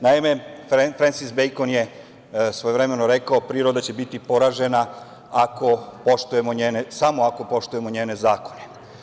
Naime, Frensis Bejkon je svojevremeno rekao - Priroda će biti poražena samo ako poštujemo njene zakone.